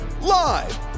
live